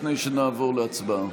לפני שנעבור להצבעה.